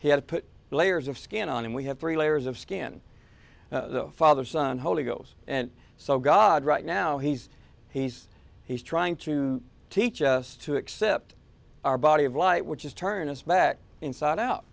he had put layers of skin on and we have three layers of skin the father son holy ghost and so god right now he's he's he's trying to teach us to accept our body of light which has turned his back inside out